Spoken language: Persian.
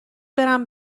برم